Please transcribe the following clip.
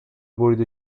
بریده